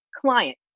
client